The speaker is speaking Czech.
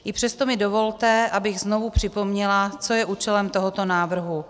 I přesto mi dovolte, abych znovu připomněla, co je účelem tohoto návrhu.